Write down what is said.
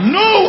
no